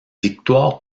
victoire